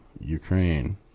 Ukraine